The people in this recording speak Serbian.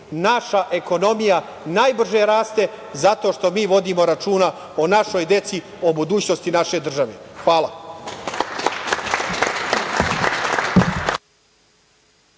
naša ekonomija najbrže raste, zato što mi vodimo računa o našoj deci, o budućnosti naše države. Hvala.